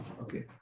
okay